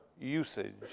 usage